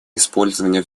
использования